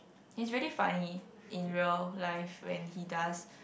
he's really funny in real life when he does